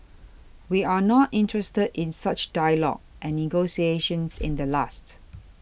we are not interested in such dialogue and negotiations in the last